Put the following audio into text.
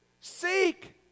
Seek